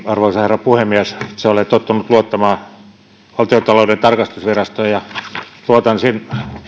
arvoisa herra puhemies itse olen tottunut luottamaan valtiontalouden tarkastusvirastoon ja luotan siihen